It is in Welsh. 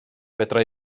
fedra